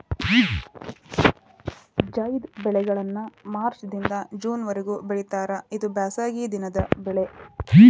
ಝೈದ್ ಬೆಳೆಗಳನ್ನಾ ಮಾರ್ಚ್ ದಿಂದ ಜೂನ್ ವರಿಗೂ ಬೆಳಿತಾರ ಇದು ಬ್ಯಾಸಗಿ ದಿನದ ಬೆಳೆ